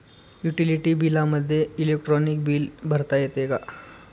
Utility बिलामध्ये electronic bill भरता येते का?